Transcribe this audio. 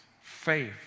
faith